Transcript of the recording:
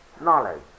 knowledge